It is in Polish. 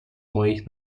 moich